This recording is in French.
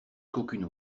qu’aucune